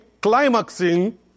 climaxing